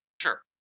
sure